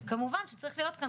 כמובן שצריך להיות כאן